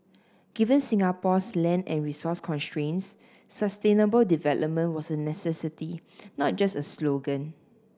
given Singapore's land and resource constraints sustainable development was a necessity not just a slogan